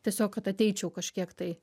tiesiog kad ateičiau kažkiek tai